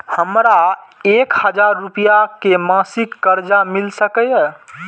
हमरा एक हजार रुपया के मासिक कर्जा मिल सकैये?